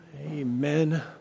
Amen